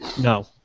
No